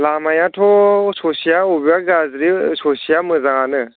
लामायाथ' ससेया बबेबा गाज्रि ससेया मोजांआनो